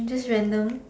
just random